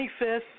25th